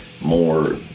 more